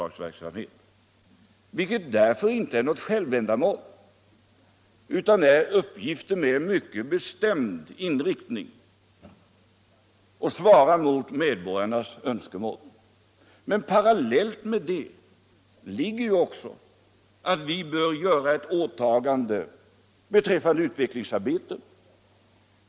Att driva statliga företag är därför inte något självändamål. utan det är uppgifter med mycket bestämd inriktning som svarar mot medborgarnas önskemål. Parallellt med det ligger också att vi bör göra ett åtagande i fråga om utvecklingsarbetet.